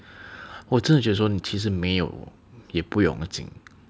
我这的觉得说你其实没有也不用紧